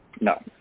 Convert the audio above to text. No